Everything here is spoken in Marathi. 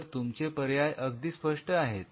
तर तुमचे पर्याय अगदी स्पष्ट आहेत